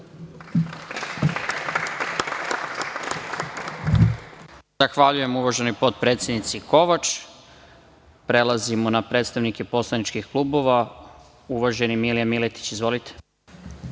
Zahvaljujem uvaženoj potpredsednici Kovač. Prelazimo na predstavnike poslaničkih klubova. Reč ima uvaženi Milija Miletić. Izvolite.